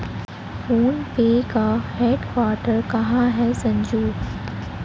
Phone पे का headquarter कहां है संजू?